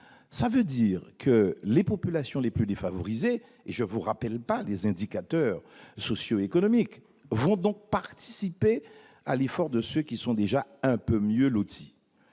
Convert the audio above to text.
Cela signifie que les populations les plus défavorisées- je ne mentionne pas les indicateurs socio-économiques -vont participer à l'effort de ceux qui sont déjà un peu mieux lotis.